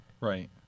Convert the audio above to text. right